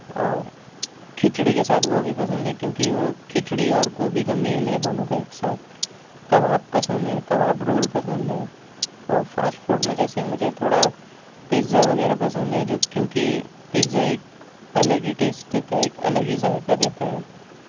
اور کھچڑی کے ساتھ گوبھی پسند ہے کیونکہ وہ کھچڑی اور گوبھی کا میل ہے دونوں کا ایک ساتھ کباب پسند ہے کباب رول پسند ہے اور فاسٹ فوڈ میں جیسے مجھے تھوڑا پیزا وغیرہ پسند ہے جو کیونکہ پیزا ایک الگ ہی ٹیسٹ دیتا ہے ایک الگ ہی ذائقہ دیتا ہے